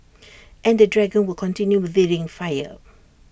and the dragon will continue breathing fire